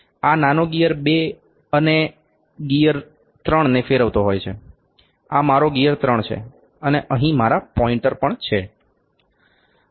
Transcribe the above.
આ નાનો ગિયર 2 એ ગિયર 3ને ફેરવતો હોય છે આ મારો ગિયર 3 છે અને અહીં મારા પોઇન્ટર પણ છે